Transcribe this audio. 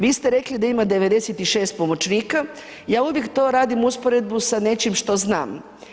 Vi ste rekli da ima 96 pomoćnika, ja uvijek to radim usporedbu sa nečim što znam.